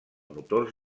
motors